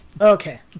Okay